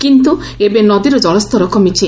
କିନ୍ତୁ ଏବେ ନଦୀର ଜଳସ୍ତର କମିଛି